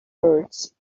birds